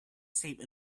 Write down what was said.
save